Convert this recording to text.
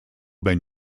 been